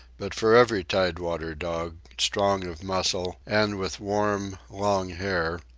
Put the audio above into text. but for every tide-water dog, strong of muscle and with warm, long hair,